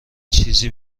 چیزی